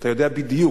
אתה יודע בדיוק,